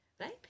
right